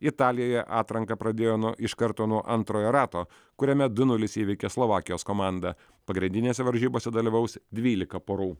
italijoje atranką pradėjo nuo iš karto nuo antrojo rato kuriame du nulis įveikė slovakijos komandą pagrindinėse varžybose dalyvaus dvylika porų